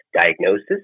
diagnosis